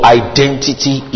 identity